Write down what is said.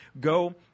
go